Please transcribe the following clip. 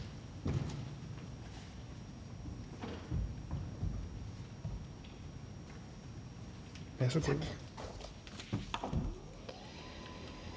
Tak